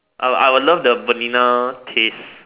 I would I would love the Vanilla taste